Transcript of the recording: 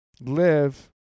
Live